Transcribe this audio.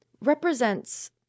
represents